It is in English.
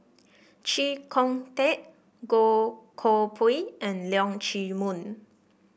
Chee Kong Tet Goh Koh Pui and Leong Chee Mun